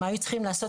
הם היו צריכים לעשות,